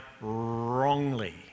wrongly